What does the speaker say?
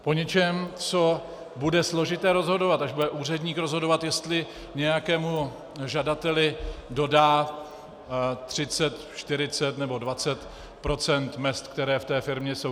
Po něčem, co bude složité rozhodovat, až bude úředník rozhodovat, jestli nějakému žadateli dodá 30, 40 nebo 20 % mezd, které v té firmě jsou.